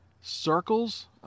circles